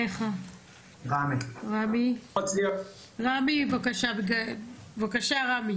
לרמי זריצקי, קק"ל, בבקשה.